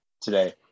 today